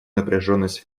напряженность